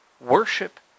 Worship